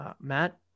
Matt